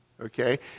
okay